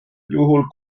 juhul